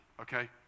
okay